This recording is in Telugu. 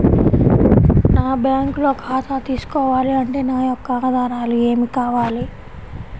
నేను బ్యాంకులో ఖాతా తీసుకోవాలి అంటే నా యొక్క ఆధారాలు ఏమి కావాలి?